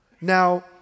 Now